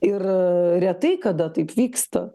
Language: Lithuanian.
ir retai kada taip vyksta